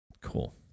Cool